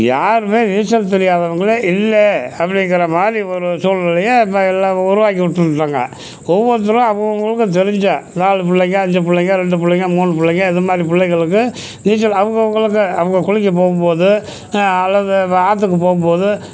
யாரும் நீச்சல் தெரியாதவங்களே இல்ல அப்படிங்கிற மாதிரி ஒரு சூழ்நிலையை இப்போ எல்லாம் உருவாக்கி விட்டுட்டோங்க ஒவ்வொருத்தரும் அவங்கவர்களுக்கு தெரிஞ்ச நாலு பிள்ளைங்க அஞ்சு பிள்ளைங்க ரெண்டு புள்ளைங்க மூணு பிள்ளைங்க இது மாதிரி பிள்ளைங்களுக்கு நீச்சல் அவங்கவர்களுக்கு அவங்க குளிக்க போகும்போது அல்லது ஆற்றுக்கு போகும்போது